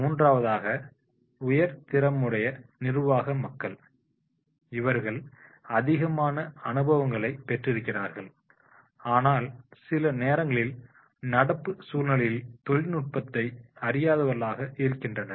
மூன்றாவதாக உயர் திறமையுடைய நிர்வாக மக்கள் இவர்கள் அதிகமான அனுபவங்களை பெற்றிருக்கிறார்கள் ஆனால் சில நேரங்களில் நடப்பு சூழ்நிலைகளில் தொழில்நுட்பத்தை அறியாதவர்களாக இருக்கின்றனர்